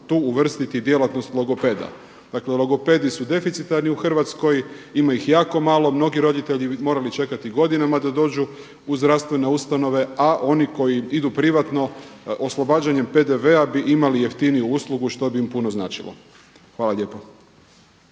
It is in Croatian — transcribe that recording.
tu uvrstiti djelatnost logopeda. Dakle logopedi su deficitarni u Hrvatskoj, ima ih jako malo, mnogi roditelji bi morali čekati godinama da dođu u zdravstvene ustanove a oni koji idu privatno oslobađanjem PDV-a bi imali jeftiniju uslugu što bi im puno značilo. Hvala lijepo.